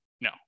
no